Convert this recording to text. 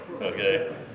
okay